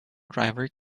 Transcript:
driver